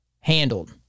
Handled